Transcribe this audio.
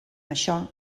això